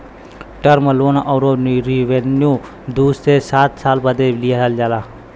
term loan अउर revenue दू से सात साल बदे लिआला